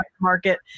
market